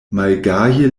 malgaje